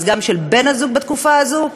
אז גם של בן-הזוג בתקופה הזאת,